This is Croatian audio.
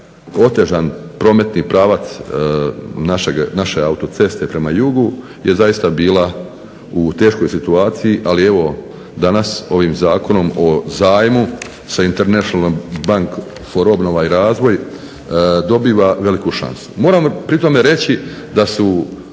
otežan prometni pravac naše autoceste prema jugu je zaista bila u teškoj situaciji, ali evo danas ovim Zakonom o zajmu sa international bank for obnova i razvoj dobiva veliku šansu. Moram pri tome reći da su